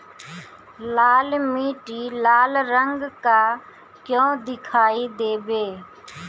लाल मीट्टी लाल रंग का क्यो दीखाई देबे?